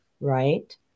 right